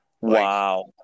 wow